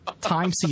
time